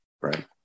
Right